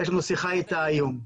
יש לנו שיחה איתה היום.